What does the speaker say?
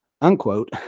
unquote